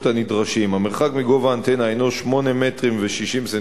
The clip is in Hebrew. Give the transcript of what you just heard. הנדרשים: המרחק מגובה האנטנה הינו 8.60 מטר,